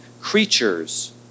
creatures